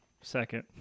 second